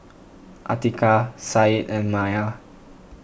Atiqah Said and Maya